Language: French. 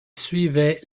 suivait